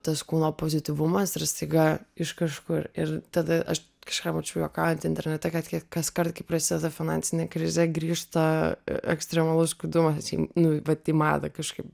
tas kūno pozityvumas ir staiga iš kažkur ir tada aš kažką mačiau juokaujant internete kad kaskart kai prasideda finansinė krizė grįžta ekstremalus kūdumas nu vat į madą kažkaip